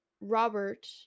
Robert